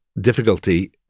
difficulty